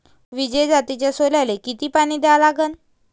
विजय जातीच्या सोल्याले किती पानी द्या लागन?